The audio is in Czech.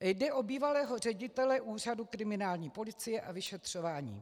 Jde o bývalého ředitele Úřadu ředitele kriminální policie a vyšetřování.